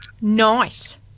Nice